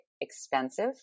Expensive